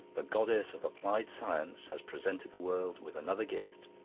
the goddess of applied science has presented the world with another gift,